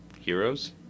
heroes